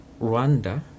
Rwanda